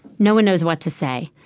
no one knows what to say.